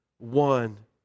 One